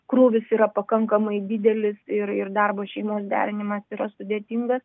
krūvis yra pakankamai didelis ir ir darbo šeimos derinimas yra sudėtingas